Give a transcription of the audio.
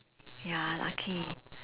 ya lucky